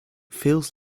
feels